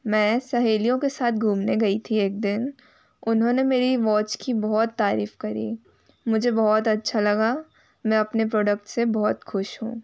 मैं सहेलियों के साथ घूमने गई थी एक दिन उन्होंने मेरी वॉच की बहुत तारीफ़ करी मुझे बहुत अच्छा लगा मैं अपने प्रोडक्ट से बहुत खुश हूँ